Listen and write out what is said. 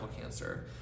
cancer